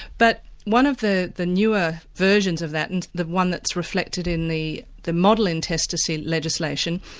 but one of the the newer versions of that, and the one that's reflected in the the model intestacy legislation,